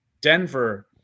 Denver